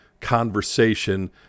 conversation